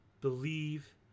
believe